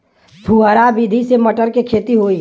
फुहरा विधि से मटर के खेती होई